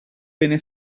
bene